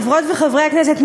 חברי חברות וחברי הכנסת,